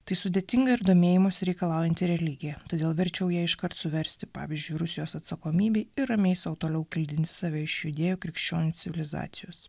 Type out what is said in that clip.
tai sudėtinga ir domėjimosi reikalaujanti religija todėl verčiau ją iškart suversti pavyzdžiui rusijos atsakomybei ir ramiai sau toliau kildinti save iš judėjų krikščionių civilizacijos